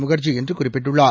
முகர்ஜி என்று குறிப்பிட்டுள்ளார்